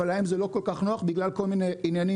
אבל להם זה לא כל כך נוח בגלל כל מיני עניינים